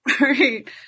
right